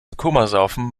komasaufen